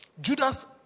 Judas